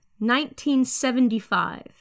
1975